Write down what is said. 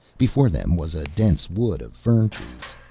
before them was a dense wood of fern trees.